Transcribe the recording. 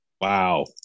Wow